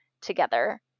together